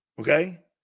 Okay